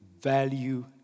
value